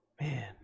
man